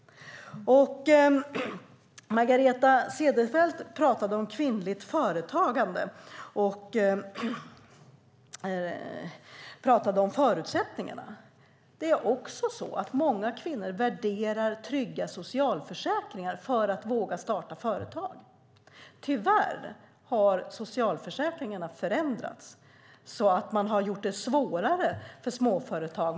Margareta Cederfelt pratade om kvinnligt företagande och om förutsättningarna. Det är också så att många kvinnor värderar trygga socialförsäkringar för att våga starta företag. Tyvärr har socialförsäkringarna förändrats så att det har blivit svårare för småföretag.